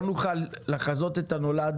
לא נוכל לחזות את הנולד